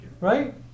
right